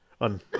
on